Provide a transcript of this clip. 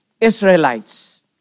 Israelites